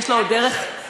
יש לו עוד דרך ארוכה.